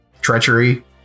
treachery